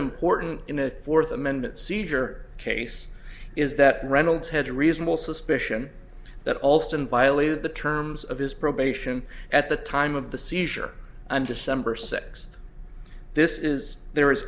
important in a fourth amendment seizure case is that reynolds had a reasonable suspicion that alston violated the terms of his probation at the time of the seizure and december sixth this is there is